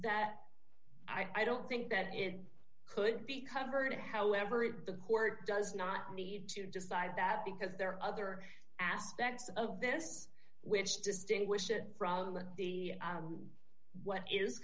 that i don't think that it could be covered however the court does not need to decide that because there are other aspects of this which distinguish it from the what is